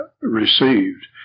received